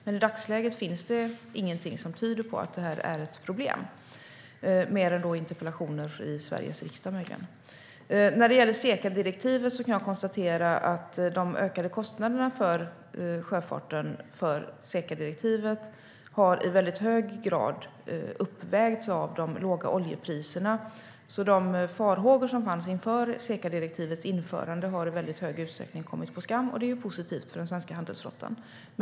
Men i dagsläget finns det alltså inget som tyder på att detta är ett problem, mer än möjligen interpellationer i Sveriges riksdag. När det gäller SECA-direktivet kan jag konstatera att de ökade kostnader för sjöfarten som detta har lett till i väldigt hög grad har uppvägts av de låga oljepriserna. De farhågor som fanns inför SECA-direktivets införande har i stor utsträckning kommit på skam, och det är ju positivt för den svenska handelsflottan.